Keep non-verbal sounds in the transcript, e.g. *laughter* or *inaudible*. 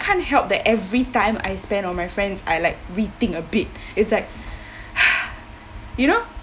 can't help that every time I spend on my friends I like rethink a bit it's like *breath* you know